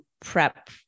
prep